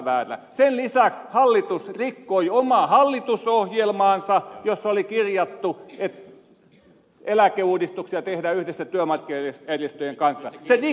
sen lisäksi hallitus rikkoi omaa hallitusohjelmaansa jossa oli kirjattu että eläkeuudistuksia tehdään yhdessä työmarkkinajärjestöjen kanssa